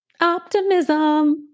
Optimism